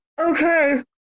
Okay